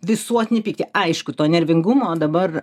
visuotinį pyktį aišku to nervingumo dabar